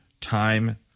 time